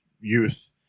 youth